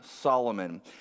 Solomon